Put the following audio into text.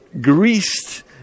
greased